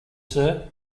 sir